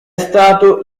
stato